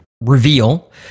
reveal